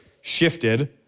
shifted